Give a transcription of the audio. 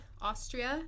Austria